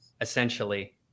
essentially